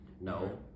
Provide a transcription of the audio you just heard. no